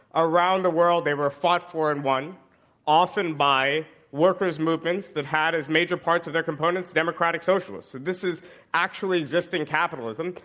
around the world, they were fought for and won often by workers movements that had as major parts of their components democratic socialists. so this is actually existing capitalism,